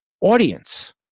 audience